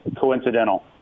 coincidental